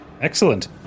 Excellent